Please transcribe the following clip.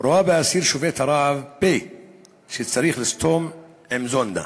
רואה באסיר שובת הרעב פה שצריך לסתום עם זונדה.